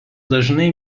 dažnai